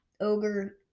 Ogre